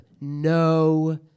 no